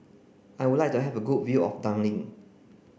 I would like to have a good view of Dublin